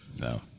no